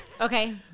Okay